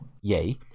yay